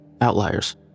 Outliers